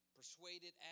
persuaded